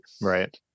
right